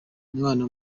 umwana